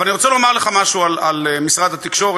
אבל אני רוצה לומר לך משהו על משרד התקשורת